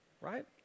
right